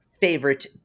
favorite